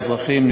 האזרחים,